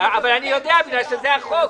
אני יודע בגלל שזה החוק.